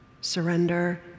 Surrender